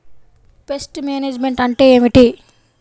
Pest management అంటే ఏమిటి?